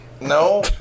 No